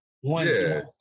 one